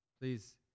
Please